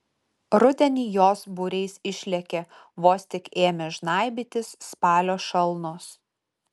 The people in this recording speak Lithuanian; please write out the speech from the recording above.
rudenį jos būriais išlėkė vos tik ėmė žnaibytis spalio šalnos